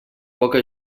poca